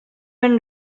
man